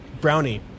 Brownie